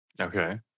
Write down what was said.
Okay